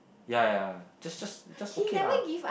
ya ya just just just okay lah